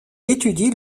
étudie